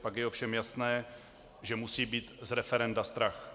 Pak je ovšem jasné, že musí být z referenda strach.